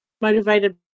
Motivated